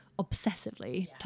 obsessively